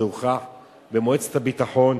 זה הוכח במועצת הביטחון.